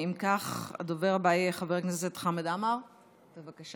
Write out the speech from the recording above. אם כך, הדובר הבא יהיה חבר הכנסת חמד עמאר, בבקשה.